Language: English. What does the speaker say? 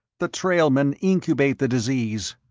the trailmen incubate the disease,